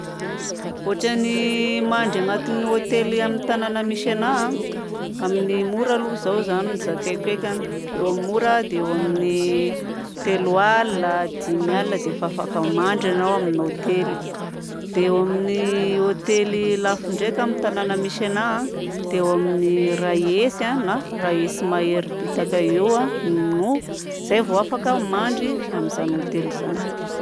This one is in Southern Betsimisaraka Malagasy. Ôtran'ny mandry agnatin'ny hôtely amin'ny tanagna misy anahy a. Amin'ny mora aloha zao zany no zakaiko ekany. Eo amin'ny mora dia eo amin'ny telo alina, dimy alina dia efa afaka mandry ianao amina hôtely. Dia eo amin'ny hôtely lafo ndraika amin'ny tanagna misy anahy a dia eo amin'ny iray hetsy a na iray hetsy mahery bitaka eo no zay vao afaka mandry amin'izany hôtely zany.